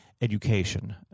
education